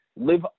live